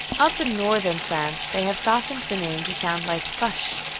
up in northern france they have softened the name to sound like fush.